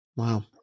Wow